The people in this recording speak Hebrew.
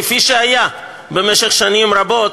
כפי שהיה במשך שנים רבות,